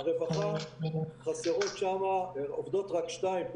ברווחה - עובדות רק שתיים,